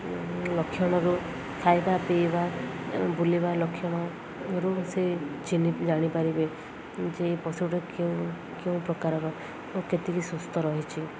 ଲକ୍ଷଣରୁ ଖାଇବା ପିଇବା ବୁଲିବା ଲକ୍ଷଣରୁ ସେ ଚିହ୍ନିକି ଜାଣିପାରିବେ ଯେ ପଶୁଟା କେଉଁ କେଉଁ ପ୍ରକାରର ଓ କେତିକି ସୁସ୍ଥ ରହିଛିି